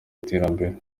iterambere